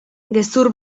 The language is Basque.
gezur